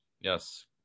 yes